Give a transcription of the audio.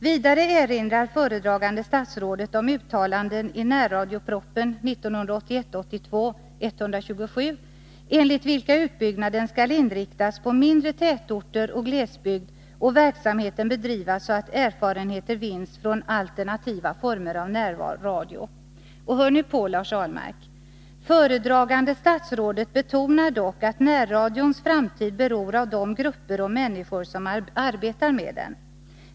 Vidare erinrar föredragande statsrådet om uttalanden i närradiopropositionen 1981/82:127 enligt vilka utbyggnaden skall inriktas på mindre tätorter och glesbygd och verksamheten bedrivas så att erfarenheter vinns från alternativa former av närradio.” Och hör nu på, Lars Ahlmark! ”Föredragande statsrådet betonar dock att närradions framtid beror av de grupper och människor som arbetar med den.